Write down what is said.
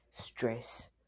stress